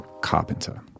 Carpenter